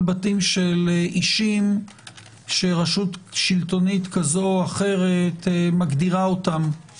בתים של אישים שרשות שלטונית כזו או אחרת מגדירה אותם